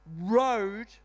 road